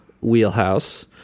wheelhouse